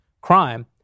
crime